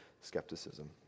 skepticism